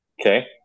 okay